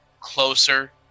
closer